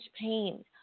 pain